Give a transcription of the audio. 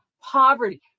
poverty